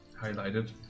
highlighted